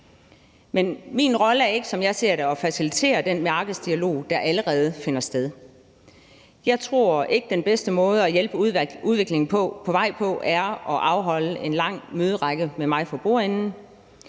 Men min rolle er ikke, som jeg ser det, at facilitere den markedsdialog, der allerede finder sted. Jeg tror ikke, den bedste måde at hjælpe udviklingen på vej på er at afholde en lang møderække med mig for bordenden.